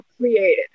created